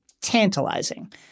tantalizing